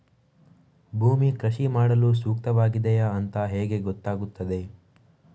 ಭೂಮಿ ಕೃಷಿ ಮಾಡಲು ಸೂಕ್ತವಾಗಿದೆಯಾ ಅಂತ ಹೇಗೆ ಗೊತ್ತಾಗುತ್ತದೆ?